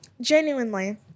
genuinely